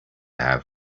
have